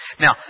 Now